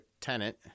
tenant